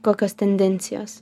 kokios tendencijos